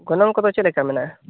ᱜᱚᱱᱚᱝ ᱠᱚᱫᱚ ᱪᱮᱫ ᱞᱮᱠᱟ ᱢᱮᱱᱟᱜᱼᱟ